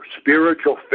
spiritual